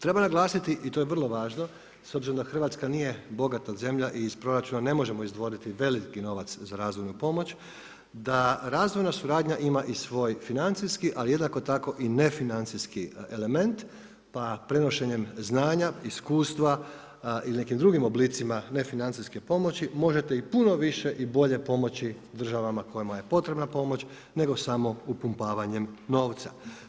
Treba naglasiti i to je vrlo važno s obzirom da Hrvatska nije bogata zemlja i iz proračuna ne možemo izdvojiti veliki novac za razvojnu pomoć, da razvojna suradnja ima i svoj financijski, ali jednako tako i nefinancijski element, pa prenošenjem znanja, iskustva ili nekim drugim oblicima nefinancijske pomoći možete i puno više i bolje pomoći državama kojima je potrebna pomoć nego samo upumpavanjem novca.